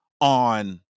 on